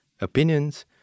opinions